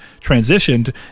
transitioned